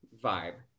vibe